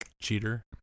Cheater